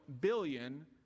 billion